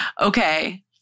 Okay